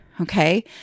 Okay